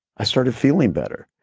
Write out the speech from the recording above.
i started feeling better.